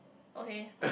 okay